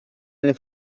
nel